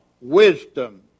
wisdom